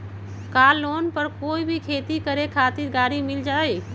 का लोन पर कोई भी खेती करें खातिर गरी मिल जाइ?